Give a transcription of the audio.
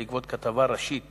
בעקבות כתבה ראשית